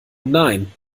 nein